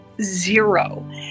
zero